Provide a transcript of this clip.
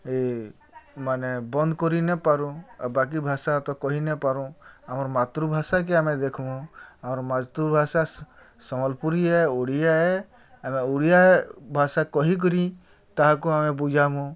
ଏ ମାନେ ବନ୍ଦ କରିନେପାରୁ ଆଉ ବାକି ଭାଷା ତ କହିନେପାରୁ ଆମର୍ ମାତୃଭାଷାକେ ଆମେ ଦେଖୁମୁ ଆମର୍ ମାତୃଭାଷା ସମ୍ବଲପୁରୀ ହେ ଓଡ଼ିଆ ହେ ଆମେ ଓଡ଼ିଆ ଭାଷା କହି କରି ତାହାକୁ ଆମେ ବୁଝାମୁଁ